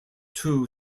two